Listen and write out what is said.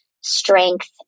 strength